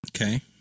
Okay